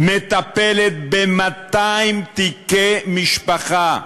מטפלת ב-200 תיקי משפחה,